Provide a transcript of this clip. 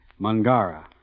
Mangara